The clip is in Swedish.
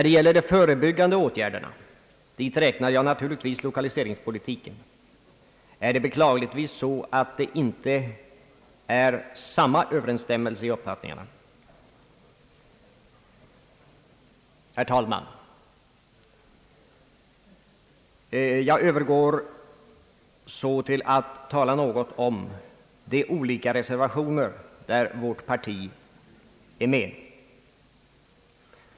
Beträffande de förebyggande åtgärderna, och dit räknar jag naturligtvis lokaliseringspolitiken, finns det beklagligtvis inte samma överensstämmelse mellan uppfattningarna. Herr talman! Jag övergår nu till att tala något om de olika reservationer där vårt parti är med.